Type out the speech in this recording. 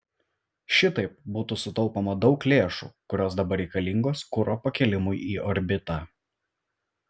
šitaip būtų sutaupoma daug lėšų kurios dabar reikalingos kuro pakėlimui į orbitą